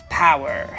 power